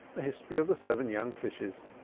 the history of the seven young fishes.